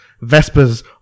Vespers